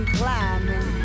climbing